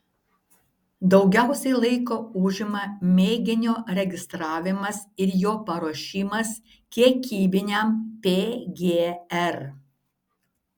daugiausiai laiko užima mėginio registravimas ir jo paruošimas kiekybiniam pgr